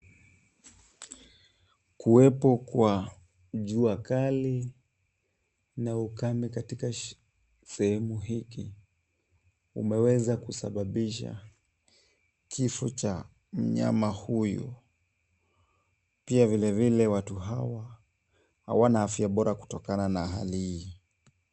Kuwepo kwa jua kali na ukame katika sehemu hiki, kumeweza kusababisha kifo cha mnyama huyu. Pia vilevile watu hawa hawana afya bora kutokana na hali hii.